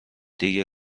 دیگه